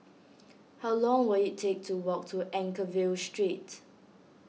how long will it take to walk to Anchorvale Street